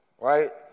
right